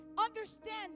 Understand